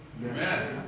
Amen